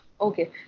okay